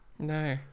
No